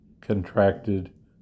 contracted